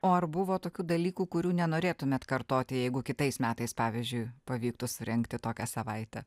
o ar buvo tokių dalykų kurių nenorėtumėt kartoti jeigu kitais metais pavyzdžiui pavyktų surengti tokią savaitę